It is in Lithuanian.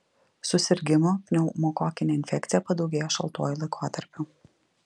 susirgimų pneumokokine infekcija padaugėja šaltuoju laikotarpiu